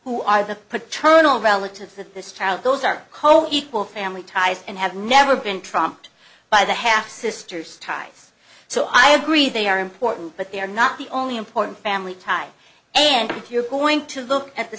who are the paternal relatives that this child goes are coequal family ties and have never been trumped by the half sisters ties so i agree they are important but they are not the only important family ties and if you're going to look at the